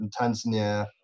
Tanzania